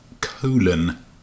colon